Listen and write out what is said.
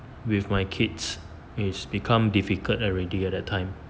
with my kids it's become difficult already at that time